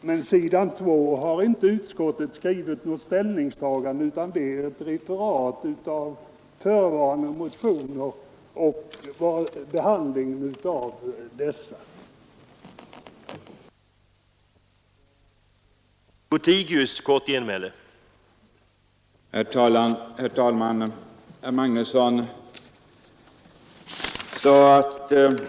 På s. 2 har utskottet inte gjort något ställningstaär ett referat av ifrågavarande motioner och gande, utan vad som står dä behandlingen av dem från fjolåret.